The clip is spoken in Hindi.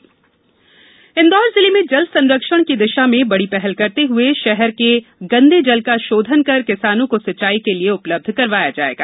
जल संरक्षण इंदौर जिले में जल संरक्षण की दिषा में बड़ी पहल करते हुए षहर के मल जल का षोधन कर किसानों को सिंचाई के लिए उपलब्ध करवाया जाएगा